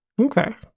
Okay